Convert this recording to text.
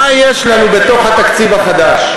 מה יש לנו בתוך התקציב החדש?